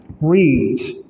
reads